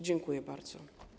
Dziękuję bardzo.